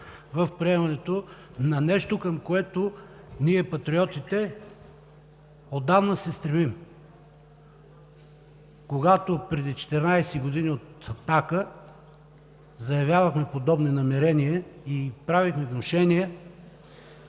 в приемането на нещо, към което ние, „Патриотите“, отдавна се стремим. Когато преди 14 години от „Атака“ заявявахме подобни намерения, правихме внушения,